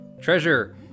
Treasure